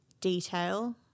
detail